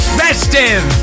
festive